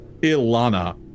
Ilana